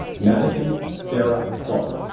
madison sarah clough,